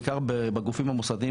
בעיקר בגופים המוסדיים,